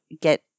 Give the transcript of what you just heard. get